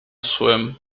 swim